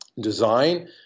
design